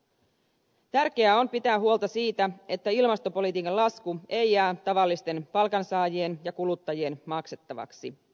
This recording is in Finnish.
tärkeää on pitää huolta siitä että ilmastopolitiikan lasku ei jää tavallisten palkansaajien ja kuluttajien maksettavaksi